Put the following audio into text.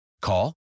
Call